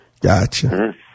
Gotcha